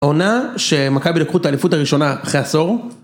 עונה שמכבי לקחו את האליפות הראשונה אחרי עשור.